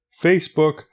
Facebook